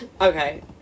Okay